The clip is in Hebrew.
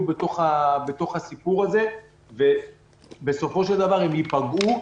בתוך הסיפור הזה ובסופו של דבר הם ייפגעו.